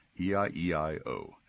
E-I-E-I-O